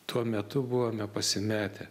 tuo metu buvome pasimetę